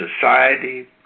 society